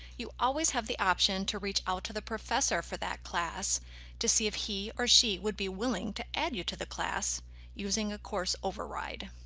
you always have the option to reach out to the professor for that class to see if he or she would be willing to add you to the class using a course override.